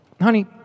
honey